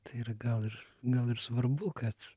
tai yra gal ir gal ir svarbu kad